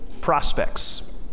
prospects